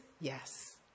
Yes